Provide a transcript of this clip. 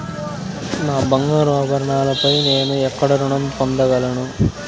నా బంగారు ఆభరణాలపై నేను ఎక్కడ రుణం పొందగలను?